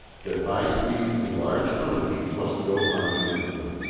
that high speed and large tonnage must go concomitantly.